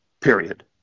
Period